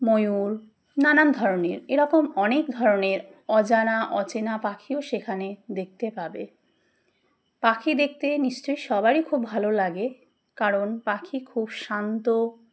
ময়ূর নানান ধরনের এরকম অনেক ধরনের অজানা অচেনা পাখিও সেখানে দেখতে পাবে পাখি দেখতে নিশ্চয়ই সবারই খুব ভালো লাগে কারণ পাখি খুব শান্ত